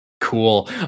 cool